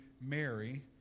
Mary